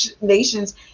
nations